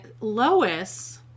lois